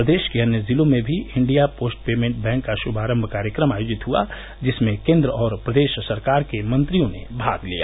प्रदेश के अन्य जिलों में भी इण्डिया पोस्ट पेमेंट बैंक का श्भारम्भ कार्यक्रम आयोजित हुआ जिसमें केन्द्र और प्रदेश सरकार के मंत्रियों ने भाग लिया